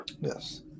Yes